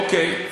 אוקיי.